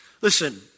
Listen